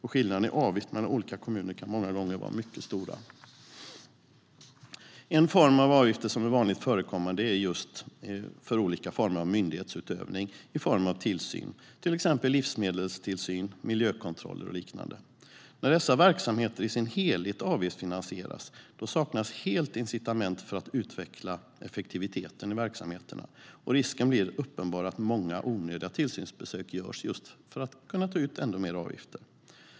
Skillnaderna i avgift mellan olika kommuner kan många gånger vara mycket stora. En form av avgifter som är vanligt förekommande är just avgifter för myndighetsutövning i form av tillsyn, till exempel livsmedelstillsyn, miljökontroller och liknande. När dessa verksamheter i sin helhet avgiftsfinansieras saknas helt incitament för att utveckla effektiviteten i verksamheterna, och risken blir uppenbar att många onödiga tillsynsbesök görs, just för att man ska kunna ta ut ännu mer avgifter.